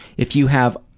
if you have.